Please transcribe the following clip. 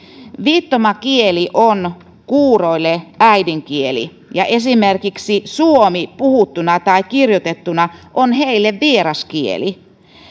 viittomakieli on kuuroille äidinkieli ja esimerkiksi suomi puhuttuna tai kirjoitettuna on heille vieras kieli